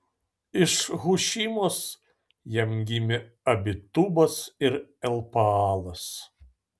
iš hušimos jam gimė abitubas ir elpaalas